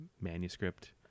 manuscript